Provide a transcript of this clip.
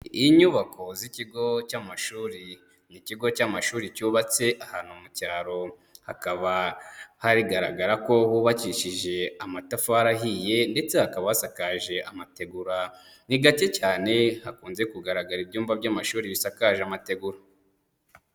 Inyubako z'ikigo cy'amashuri. Ni ikigo cy'amashuri cyubatse ahantu mu cyaro, hakaba hagaragara ko hubakishije amatafari ahiye ndetse hakaba hasakaje amategura. Ni gake cyane hakunze kugaragara ibyumba by'amashuri bisakaje amategura.